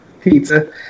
pizza